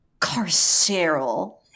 Carceral